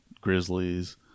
grizzlies